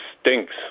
stinks